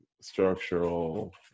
structural